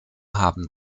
haben